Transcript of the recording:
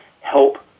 help